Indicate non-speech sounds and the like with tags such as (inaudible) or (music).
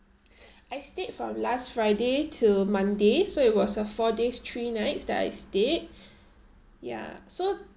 (breath) I stayed from last friday till monday so it was a four days three nights that I stayed (breath) ya so